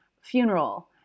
funeral